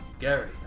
Gary